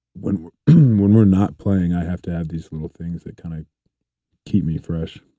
when we're when we're not playing, i have to have these little things that kind of keep me fresh